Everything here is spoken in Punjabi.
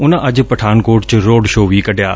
ਉਨੂਂ ਅੱਜ ਪਠਾਨਕੋਟ ਚ ਰੋਡ ਸ਼ੋਅ ਵੀ ਕੱਢਿਆ